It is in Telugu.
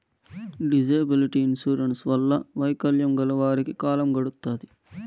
డిజేబిలిటీ ఇన్సూరెన్స్ వల్ల వైకల్యం గల వారికి కాలం గడుత్తాది